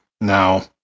Now